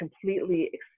completely